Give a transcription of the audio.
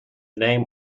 name